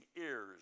ears